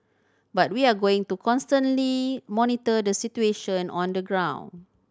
but we are going to constantly monitor the situation on the ground